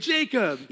Jacob